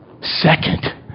second